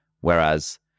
Whereas